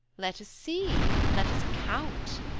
let us see let us count